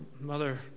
mother